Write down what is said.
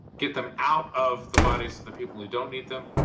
get them out of the bodies of the people who don't need them,